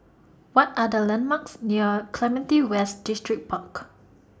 What Are The landmarks near Clementi West Distripark